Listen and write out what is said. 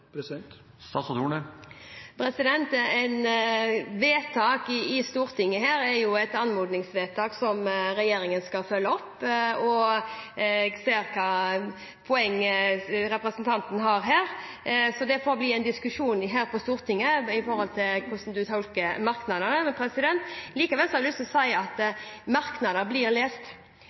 i Stortinget er jo et anmodningsvedtak, som regjeringen skal følge opp. Jeg ser poenget til representanten, og det får bli en diskusjon på Stortinget hvordan man tolker merknader. Likevel har jeg lyst til å si at merknader blir lest,